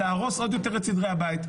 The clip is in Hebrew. להרוס עוד יותר את סדרי הבית,